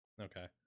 Okay